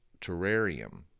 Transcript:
terrarium